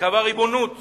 קבעה ריבונות